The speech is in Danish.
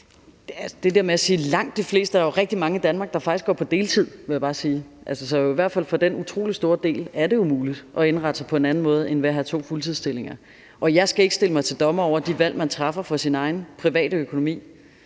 de fleste« køber jeg ikke. Der er jo rigtig mange i Danmark, der faktisk går på deltid, vil jeg bare sige. Så i hvert fald for den utrolig store del er det jo muligt at indrette sig på en anden måde end ved at have to fuldtidsstillinger. Og jeg skal ikke sætte mig til dommer over de valg, man træffer for sin egen private økonomi.